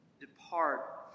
depart